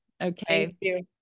Okay